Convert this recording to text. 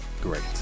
great